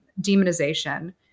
demonization